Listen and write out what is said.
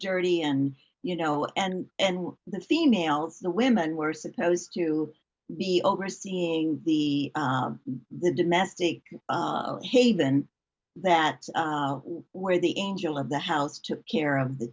dirty and you know and and the females the women were supposed to be overseeing the the domestic haven that where the angel of the house took care of the